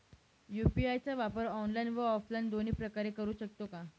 UPI चा वापर online व ऑफलाईन दोन्ही प्रकारे करु शकतो का?